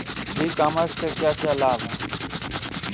ई commerce से क्या क्या लाभ हैं?